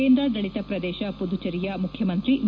ಕೇಂದ್ರಾದಳಿತ ಪ್ರದೇಶ ಪುದುಚೆರಿಯ ಮುಖ್ಯಮಂತ್ರಿ ವಿ